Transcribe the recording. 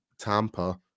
Tampa